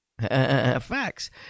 Facts